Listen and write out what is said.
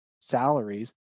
salaries